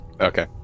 okay